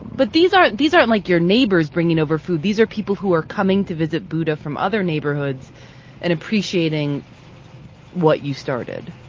but these aren't these aren't like your neighbors bringing over food, these are people who are coming to visit buddha from other neighborhoods and appreciating what you started?